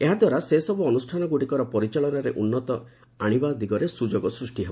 ଏହାଦ୍ୱାରା ସେ ସବୁ ଅନୁଷ୍ଠାନମାନଙ୍କର ପରିଚାଳନାରେ ଉନ୍ଦତି ଆସିବା ଦିଗରେ ସୁଯୋଗ ସୃଷ୍ଟି ହେବ